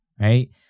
right